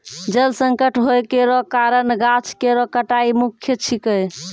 जल संकट होय केरो कारण गाछ केरो कटाई मुख्य छिकै